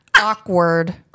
Awkward